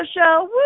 show